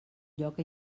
lloc